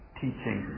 teaching